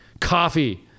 coffee